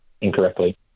incorrectly